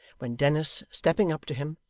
when dennis, stepping up to him,